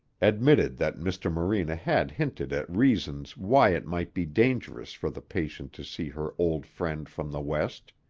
admitted that mr. morena had hinted at reasons why it might be dangerous for the patient to see her old friend from the west.